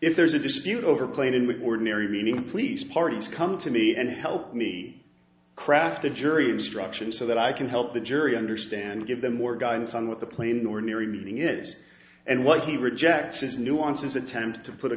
if there's a dispute over a plane in the ordinary meaning please parties come to me and help me craft the jury instructions so that i can help the jury understand give them more guidance on what the plain ordinary meaning is and what he rejects is nuances attempt to put a